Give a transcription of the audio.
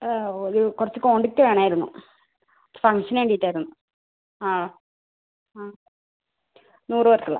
ഒരു കുറച്ച് ക്വാണ്ടിറ്റി വേണമായിരുന്നു ഫംഗ്ഷന് വേണ്ടിയിട്ടായിരുന്നു ആ ആ നൂറ് പേർക്കുള്ളത്